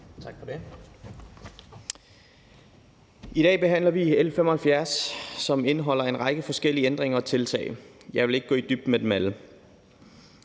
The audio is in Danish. I dag behandler vi L 75, som indeholder en række forskellige ændringer og tiltag. Jeg vil ikke gå i dybden med dem alle.